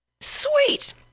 Sweet